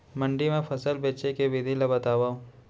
मंडी मा फसल बेचे के विधि ला बतावव?